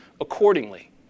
accordingly